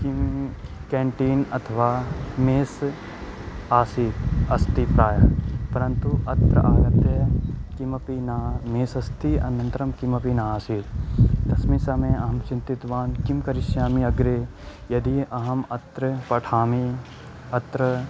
किं क्यान्टीन् अथवा मेस् आसीत् अस्ति प्रायः परन्तु अत्र आगत्य किमपि न मेस् अस्ति अनन्तरं किमपि न आसीत् तस्मिन् समये अहं चिन्तितवान् किं करिष्यामि अग्रे यदि अहम् अत्र पठामि अत्र